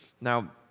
Now